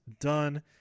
done